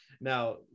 Now